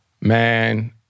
Man